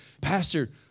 Pastor